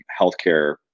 healthcare